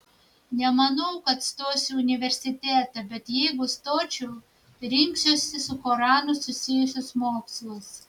nemanau kad stosiu į universitetą bet jeigu stočiau rinksiuosi su koranu susijusius mokslus